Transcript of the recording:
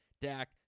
Dak